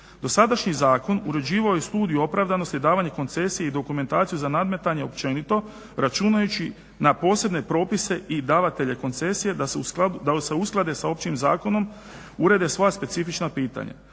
Dosadašnji zakon uređivao je studiju opravdanosti, davanje koncesije i dokumentaciju za nadmetanje općenito računajući na posebne propise i davatelje koncesije da se usklade sa općim zakonom, urede svoja specifična pitanja.